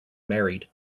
married